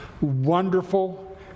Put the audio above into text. wonderful